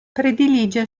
predilige